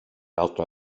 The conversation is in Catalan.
altra